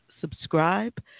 subscribe